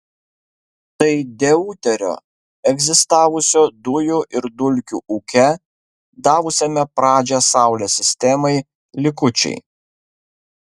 tai deuterio egzistavusio dujų ir dulkių ūke davusiame pradžią saulės sistemai likučiai